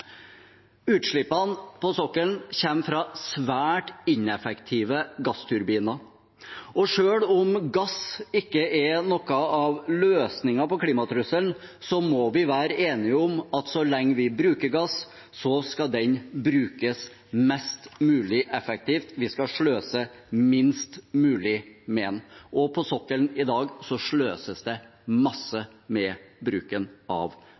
Utslippene fra sokkelen kommer fra svært ineffektive gassturbiner. Selv om gass ikke er en del av løsningen på klimatrusselen, må vi være enige om at så lenge vi bruker gass, skal den brukes mest mulig effektivt. Vi skal sløse minst mulig med den. På sokkelen sløses det i dag masse med bruken av gass. Rødts forslag vil derfor gi oss økte utslipp av